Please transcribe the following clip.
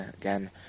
again